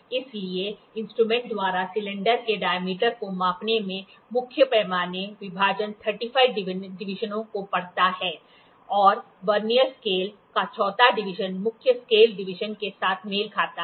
इस इंस्ट्रूमेंट द्वारा सिलेंडर के डायमीटर को मापने में मुख्य पैमाने विभाजन 35 डिवीजनों को पढ़ता है और वर्नियर स्केल का चौथा डिवीजन मुख्य स्केल डिवीजन के साथ मेल खाता है